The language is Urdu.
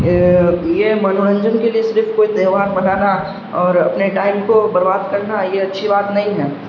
یہ منورنجن کے لیے صرف کوئی تہوار منانا اور اپنے ٹائم کو برباد کرنا یہ اچھی بات نہیں ہے